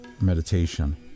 meditation